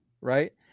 right